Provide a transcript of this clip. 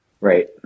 Right